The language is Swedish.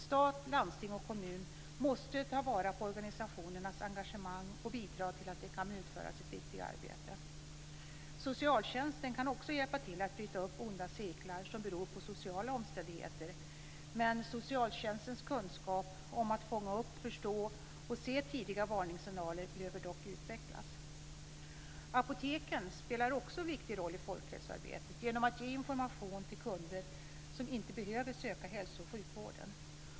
Stat, landsting och kommun måste ta vara på organisationernas engagemang och bidra till att de kan utföra sitt viktiga arbete. Socialtjänsten kan också hjälpa till med att bryta onda cirklar som beror på sociala omständigheter, men socialtjänstens kunskap om att fånga upp, förstå och se tidiga varningssignaler behöver utvecklas. Apoteken spelar också en viktig roll i folkhälsoarbetet genom att ge information till kunder som inte behöver söka hälso och sjukvården.